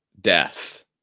death